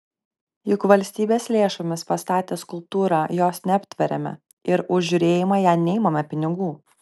juk valstybės lėšomis pastatę skulptūrą jos neaptveriame ir už žiūrėjimą į ją neimame pinigų